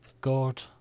God